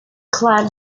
climbed